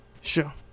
Sure